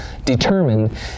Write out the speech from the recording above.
determined